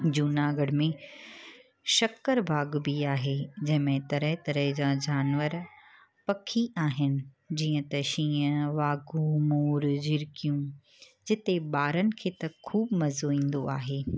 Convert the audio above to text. जूनागढ़ में शक्कर बाग़ बि आहे जंहिंमे तरह तरह जा जानवर पखी आहिनि जीअं त शींहं वाघूं मोर झिरिकियूं जिते ॿारनि खे त ख़ूबु मज़ो ईंदो आहे